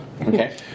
okay